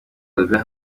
albert